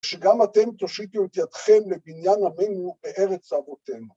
שגם אתם תושיטו את ידכם לבניין אבינו בארץ אבותינו.